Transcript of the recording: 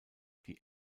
die